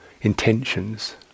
Intentions